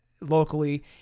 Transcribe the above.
locally